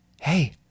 Hey